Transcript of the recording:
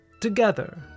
Together